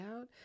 out